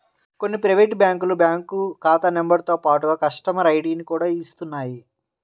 కొన్ని ప్రైవేటు బ్యాంకులు బ్యాంకు ఖాతా నెంబరుతో పాటుగా కస్టమర్ ఐడిని కూడా ఇస్తున్నాయి